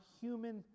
human